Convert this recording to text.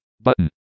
Button